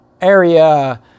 area